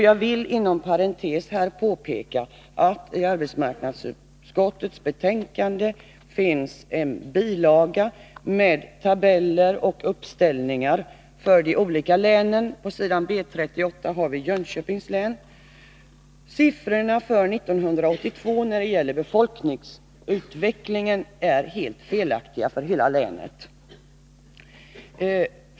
Jag vill inom parentes påpeka att det i arbetsmarknadsutskottets betänkande finns en bilaga med tabeller och uppställningar för de olika länen. På s. B 38 redovisas Jönköpings län. Siffrorna för befolkningsutvecklingen 1982 är helt felaktiga för hela länet.